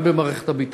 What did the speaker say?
גם במערכת הביטחון,